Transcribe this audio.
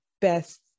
best